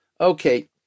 Okay